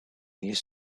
his